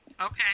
Okay